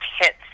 hits